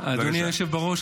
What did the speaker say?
אדוני היושב בראש,